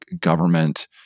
government-